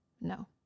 No